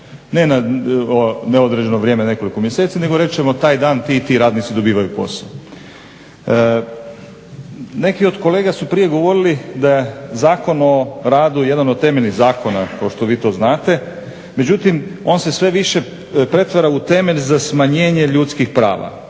Ne na određeno vrijeme nekoliko mjeseci, nego reći ćemo taj dan ti i ti radnici dobivaju posao. Neki od kolega su prije govorili da je Zakon o radu jedan od temeljnih zakona kao što vi to znate. Međutim, on se sve više pretvara u temelj za smanjenje ljudskih prava.